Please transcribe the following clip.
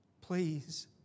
Please